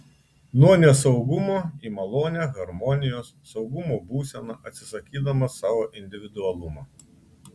nuo nesaugumo į malonią harmonijos saugumo būseną atsisakydamas savo individualumo